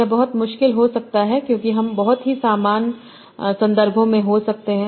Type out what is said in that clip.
यह बहुत मुश्किल हो सकता है क्योंकि हम बहुत ही समान संदर्भों में हो सकते हैं